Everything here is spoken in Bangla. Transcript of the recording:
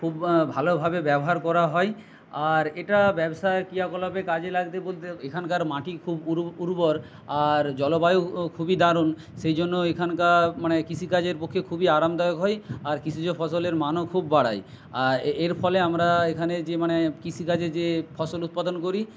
খুব ভালোভাবে ব্যবহার করা হয় আর এটা ব্যবসা ক্রিয়াকলাপে কাজে লাগতে বলতে এখানকার মাটি খুব উর্বর আর জলবায়ুও খুবই দারুণ সেই জন্য এখানকা মানে কৃষিকাজের পক্ষে খুবই আরামদায়ক হয় আর কৃষিজ ফসলের মানও খুব বাড়ায় আর এর ফলে আমরা এখানে যে মানে কৃষিকাজে যে ফসল উৎপাদন করি